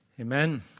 Amen